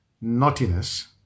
naughtiness